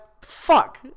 Fuck